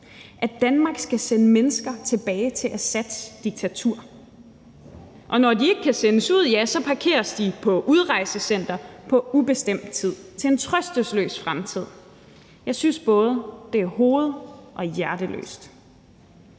at Danmark skal sende mennesker tilbage til Assads diktatur, og når de ikke kan sendes ud, parkeres de på udrejsecenteret på ubestemt tid til en trøstesløs fremtid. Jeg synes, at det både er hoved- og hjerteløst,